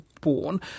born